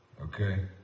Okay